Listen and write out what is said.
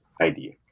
idea